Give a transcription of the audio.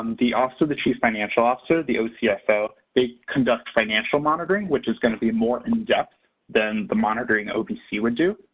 um the office of the chief financial officer, the ocfo, they conduct financial monitoring, which is going to be more in-depth than the monitoring ovc would do.